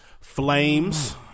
Flames